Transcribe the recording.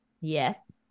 Yes